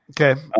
Okay